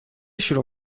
شروع